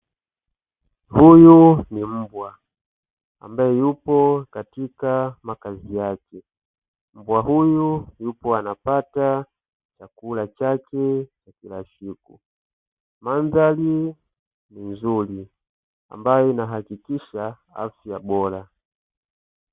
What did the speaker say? Huyu ni mbwa, ambae yupo katika makazi yake mbwa huyu yupo anapata chakula chake cha kila siku andhari ni nzuri, ambayo inahakikisha afya bora .